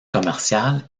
commercial